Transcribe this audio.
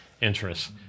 interests